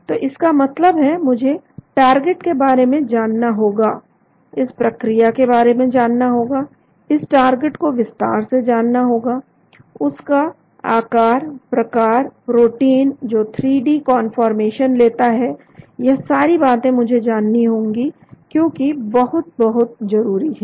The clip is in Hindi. तो इसका मतलब है मुझे टारगेट के बारे में जानना होगा इस प्रक्रिया के बारे में जानना होगा इस टारगेट को विस्तार से जानना होगा उसका आकार प्रकार प्रोटीन जो 3D कन्फर्मेशन लेता है यह सारी बातें मुझे जानी होंगी जोकि बहुत बहुत जरूरी है